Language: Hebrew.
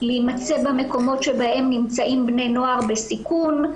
להימצא במקומות שנמצאים בני נוער בסיכון.